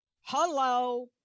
hello